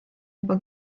juba